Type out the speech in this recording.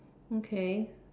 okay